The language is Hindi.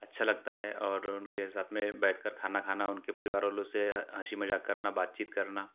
अच्छा लगता है और उनके साथ में बैठ कर खाना खाना उनके परिवार वालों से हँसी मज़ाक करना बातचीत करना